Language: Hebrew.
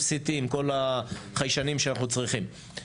city עם כל החיישנים שאנחנו צריכים.